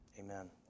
Amen